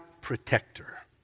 protector